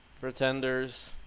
Pretenders